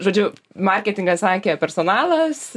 žodžiu marketingas sakė personalas